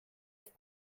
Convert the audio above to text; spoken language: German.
ist